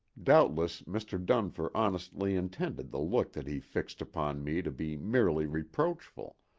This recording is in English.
doubtless mr. dunfer honestly intended the look that he fixed upon me to be merely reproachful,